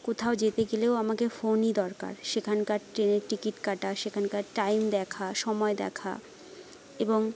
কোথাও যেতে গেলেও আমাকে ফোনই দরকার সেখানকার ট্রেনের টিকিট কাটা সেখানকার টাইম দেখা সময় দেখা এবং